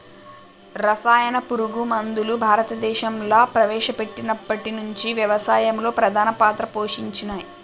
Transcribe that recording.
రసాయన పురుగు మందులు భారతదేశంలా ప్రవేశపెట్టినప్పటి నుంచి వ్యవసాయంలో ప్రధాన పాత్ర పోషించినయ్